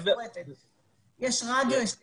יש רדיו, יש טלוויזיה.